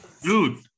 Dude